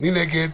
מי נגד?